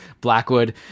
Blackwood